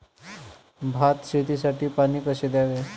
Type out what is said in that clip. भात शेतीसाठी पाणी कसे द्यावे?